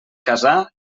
casar